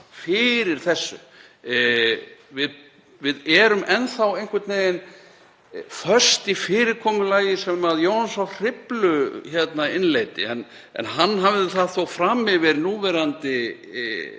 fyrir þessu. Við erum enn þá einhvern veginn föst í fyrirkomulagi sem Jónas frá Hriflu innleiddi. Hann hafði það þó fram yfir núverandi